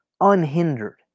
unhindered